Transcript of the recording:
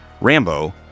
Rambo